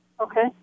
Okay